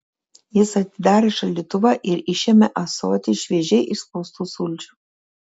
jis atidarė šaldytuvą ir išėmė ąsotį šviežiai išspaustų sulčių